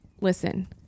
Listen